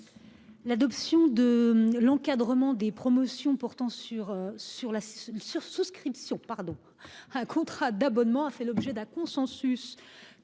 relative à l'encadrement des promotions portant sur la souscription à un contrat d'abonnement a fait l'objet d'un consensus